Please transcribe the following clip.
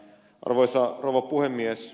arvoisa rouva puhemies